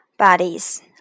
bodies